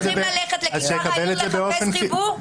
צריכים ללכת לכיכר העיר לחפש חיבור?